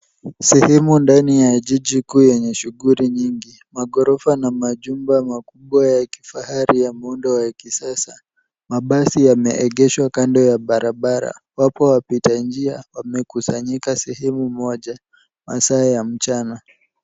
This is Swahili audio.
Sehemu ndani ya jiji kuu yenye shughuli nyingi, magorofa na majumba makubwa ya kifahari ya muundo wa kisasa. Mabasi yameegeshwa kando ya barabara. Wapo wapita njia wamekusanyika sehemu moja. Masaa ya mchana.